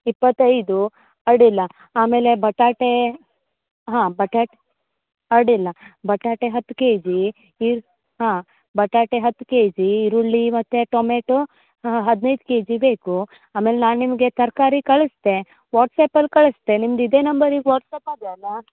ಇಪ್ಪತ್ತೈದು ಅಡ್ಡಿಲ್ಲ ಆಮೇಲೆ ಬಟಾಟೆ ಹಾಂ ಬಟಾಟೆ ಅಡ್ಡಿಲ್ಲ ಬಟಾಟೆ ಹತ್ತು ಕೆಜಿ ಈರ್ ಹಾಂ ಬಟಾಟೆ ಹತ್ತು ಕೆಜಿ ಈರುಳ್ಳಿ ಮತ್ತು ಟೊಮೇಟೊ ಹದಿನೈದು ಕೆಜಿ ಬೇಕು ಆಮೇಲೆ ನಾನು ನಿಮಗೆ ತರಕಾರಿ ಕಳಿಸ್ತೆ ವಾಟ್ಸ್ಯಾಪಲ್ಲಿ ಕಳಿಸ್ತೆ ನಿಮ್ದು ಇದೇ ನಂಬರಿಗೆ ವಾಟ್ಸ್ಯಾಪ್ ಇದೆ ಅಲಾ